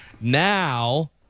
Now